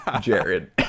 Jared